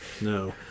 No